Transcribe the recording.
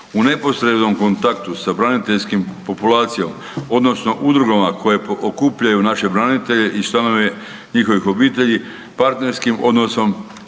U neposrednom kontaktu sa braniteljskom populacijom odnosno udrugama koje okupljaju naše branitelje i članove njihovih obitelji, partnerskim odnosom